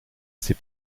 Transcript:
ces